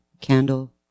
candle